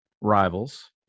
Rivals